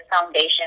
foundation